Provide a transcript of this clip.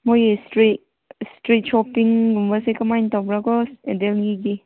ꯃꯈꯣꯏ ꯏꯁꯇ꯭ꯔꯤꯠ ꯁꯣꯞꯄꯤꯡꯒꯨꯝꯕꯁꯦ ꯀꯔꯃꯥꯏ ꯇꯧꯕ꯭ꯔꯀꯣ ꯗꯦꯂꯤꯒꯤ